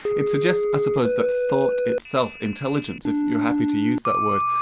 it suggests i suppose, that thought itself, intelligence if you're happy to use that word,